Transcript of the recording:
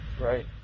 right